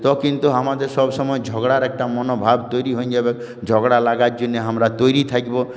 তো কিন্তু আমাদের সব সময় ঝগড়ার একটা মনোভাব তৈরি হয়ে যাবে ঝগড়া লাগার জন্য আমরা তৈরি থাকব